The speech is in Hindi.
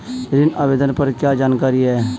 ऋण आवेदन पर क्या जानकारी है?